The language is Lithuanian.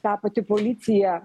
ta pati policija